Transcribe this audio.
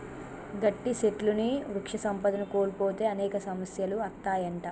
గట్టి సెట్లుని వృక్ష సంపదను కోల్పోతే అనేక సమస్యలు అత్తాయంట